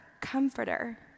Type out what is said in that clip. comforter